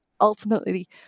ultimately